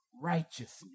righteousness